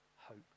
hope